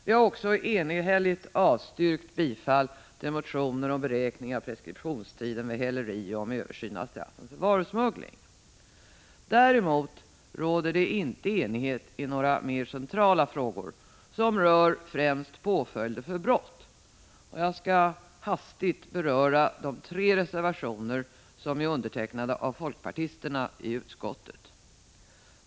Vi har också enhälligt avstyrkt bifall till motioner om beräkning av preskriptionstiden vid häleri och om översyn av straffen för varusmuggling. Däremot råder det inte enighet i några mer centrala frågor som rör främst påföljder för brott, och jag skall hastigt beröra de tre reservationer som är undertecknade av folkpartisterna i utskottet.